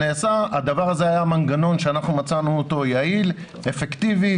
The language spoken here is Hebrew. היה מנגנון שאנחנו מצאנו אותו יעיל ואפקטיבי.